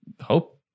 hope